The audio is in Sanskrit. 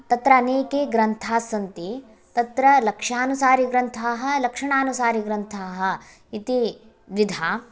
तत्र अनेके ग्रन्थास्सन्ति तत्र लक्ष्यानुसारिग्रन्थाः लक्षणानुसारिग्रन्थाः इति द्विधा